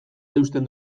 eusten